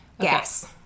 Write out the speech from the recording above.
Yes